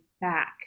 back